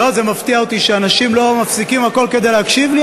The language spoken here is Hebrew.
זה מפתיע אותי שאנשים לא מפסיקים הכול כדי להקשיב לי,